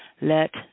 let